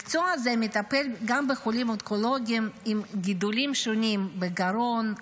מקצוע זה מטפל גם בחולים אונקולוגיים עם גידולים שונים בגרון,